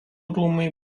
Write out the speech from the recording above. rūmai